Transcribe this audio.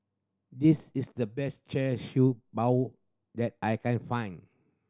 this is the best Char Siew Bao that I can find